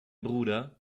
bruder